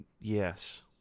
Yes